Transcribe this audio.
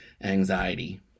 anxiety